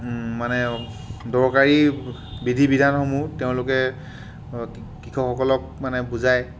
মানে দৰকাৰী বিধি বিধানসমূহ তেওঁলোকে কৃষকসকলক মানে বুজায়